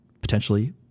potentially